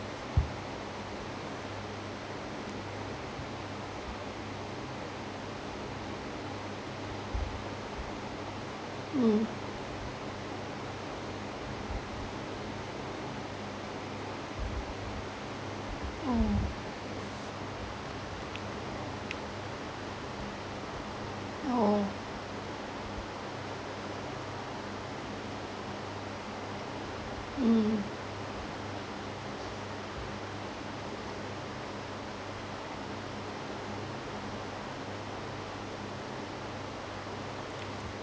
mm mm oh mm